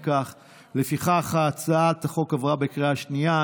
לפיכך, הצעת החוק עברה בקריאה שנייה.